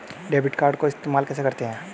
Debit card को इस्तेमाल कैसे करते हैं?